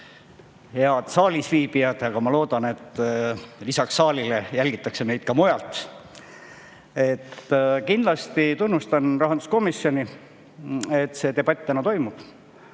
Head saalis viibijad! Ma loodan, et lisaks saalile jälgitakse meid ka mujalt. Kindlasti tunnustan rahanduskomisjoni, et see debatt täna toimub,